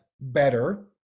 better